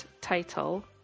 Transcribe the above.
title